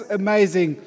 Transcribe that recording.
amazing